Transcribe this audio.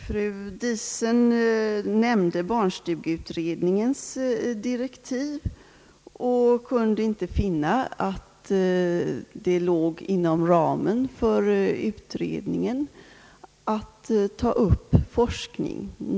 Fru Diesen nämnde barnstugeutredningens direktiv och kunde inte finna att det låg inom ramen för utredningen att ta upp forskning.